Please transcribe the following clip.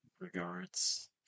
regards